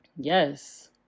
Yes